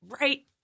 right